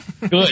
Good